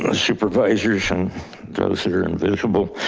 um supervisors and those that are invisible,